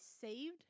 saved